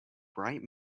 bright